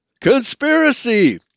conspiracy